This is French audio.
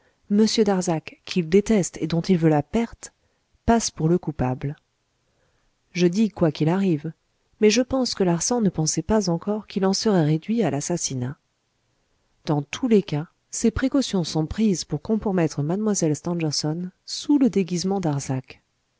darzac qu'il déteste et dont il veut la perte passe pour le coupable je dis quoi qu'il arrive mais je pense que larsan ne pensait pas encore qu'il en serait réduit à l'assassinat dans tous les cas ses précautions sont prises pour compromettre mlle stangerson sous le déguisement darzac